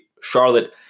Charlotte